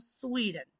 Sweden